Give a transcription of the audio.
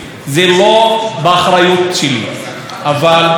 אבל נאבקים ומעבירים סמכויות מפה לשם.